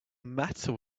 matter